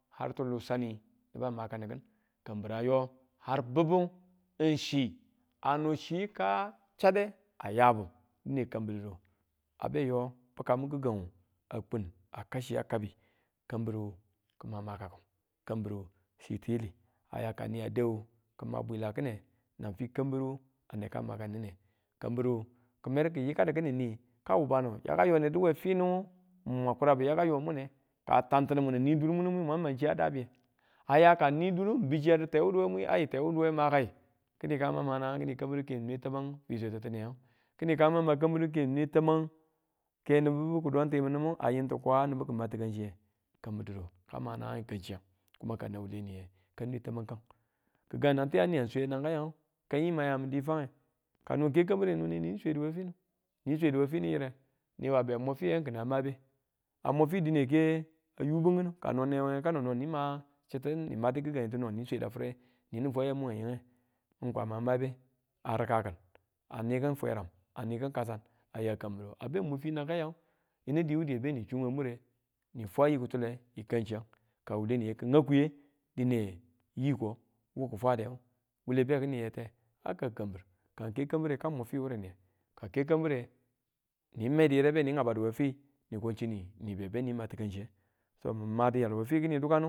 Ar tilusani, niba makani kin kambir a yo ar bibu, n chi a no chi ka chade a yabu dine kambiru didu, a be yo bekamu kigang a kung ko kau chiya kabi kambiru kuma makaki, kambiru chi tiyili a ya ni a dau ki ma bwila kine nan fi kambiru a neko makan nine, kambiru ki medu ku yikadu kini ka wubanu yaka yonedu we finuwu a mun mwan kurabu yaka yong mune ka tantin n mun n ni dur munu mwi mwang mang chiya daabi, a ya ka ni duru n biu chiya di tewuduwe mwi ai tewuduwe makai kini kang ma naang kini kabiru ke n nwe tamang fi swe titiniyang, kini kaan ma ma kambiru ke n nwe tamangu ke nibi bibu kidon n ti mini mu a yintin ka ga nibu ki ma tikan chiye kambir didu kama naang n kang chiyang kuma ka nan wule niye ka nwe tamang kang kigang nang tiyang niyang swe nangayang kan di ma min di fwange kano, n ke kambire no nin swedu we finu ni swedu we finu yire niwa a be mub fiye kina mabe a mu fi dine ke a yuu bin kinu kano newenge kano no nima yiko chitu nimadu gigang dine nin swe da fire nine fwa yamu we yinge, n kwama mabe a rikakin a ni kin fweran a a niki̱n kasan ya kambiru a be mu fi yananga yang yinu diiwu diye be chung we mure, ni fwa yi kitule yi kan chiyang, ka nan wule niye kingau kwiye dine yiko wu ki fwa de wule be kini yeete a ka kambiru, ka ke kambire ka mub fi wuriye ka ke kambire nin medu yire beni gabadu we fi ni ko chinu ni be nin ma tikan chiye so n madiyal we fi kini dukanu.